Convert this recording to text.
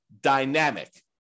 dynamic